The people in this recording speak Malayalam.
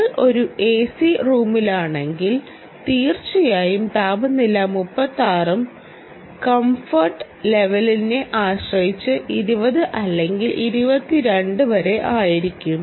നിങ്ങൾ ഒരു എസി റൂമിലാണെങ്കിൽ തീർച്ചയായും താപനില 36 ഉം കംഫർട്ട് ലെവലിനെ ആശ്രയിച്ച് 20 അല്ലെങ്കിൽ 22 വരെ ആയിരിക്കും